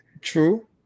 True